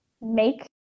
make